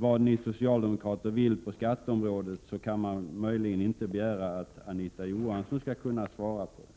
vad ni socialdemokrater vill på skatteområdet, kan man möjligen inte begära att Anita Johansson skall kunna svara på detta.